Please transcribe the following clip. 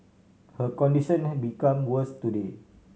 her condition had become worse today